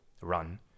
run